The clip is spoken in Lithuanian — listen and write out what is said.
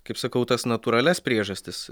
kaip sakau tas natūralias priežastis